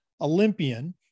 Olympian